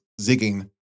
zigging